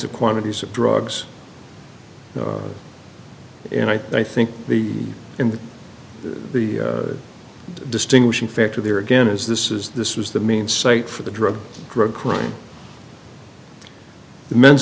of quantities of drugs and i think the in the the distinguishing factor there again is this is this was the main site for the drug drug crime the men's